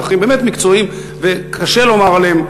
והם באמת מקצועיים וקשה לומר עליהם,